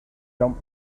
jump